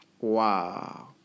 Wow